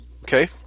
Okay